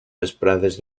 vesprades